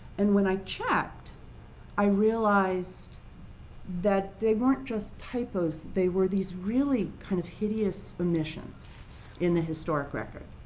and when i checked i realized that they weren't just typos, they were these really kind of hideous omissions in the historic record.